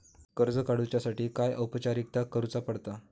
कर्ज काडुच्यासाठी काय औपचारिकता करुचा पडता?